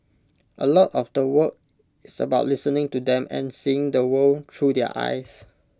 A lot of the work is about listening to them and seeing the world through their eyes